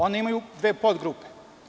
Oni imaju dve podgrupe.